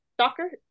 soccer